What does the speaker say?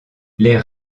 les